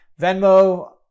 venmo